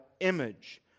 Image